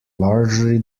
largely